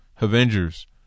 Avengers